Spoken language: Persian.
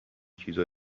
چیزا